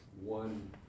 one